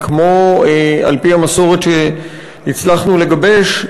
וכמו על-פי המסורת שהצלחנו לגבש,